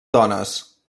dones